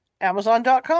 Amazon.com